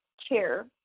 chair